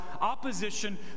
opposition